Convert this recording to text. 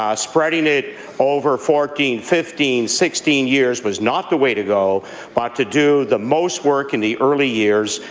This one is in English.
um spreading it over fourteen, fifteen, sixteen years was not the way to go but to do the most work in the early years,